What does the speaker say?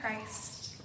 Christ